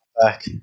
back